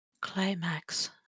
climax